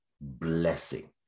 blessing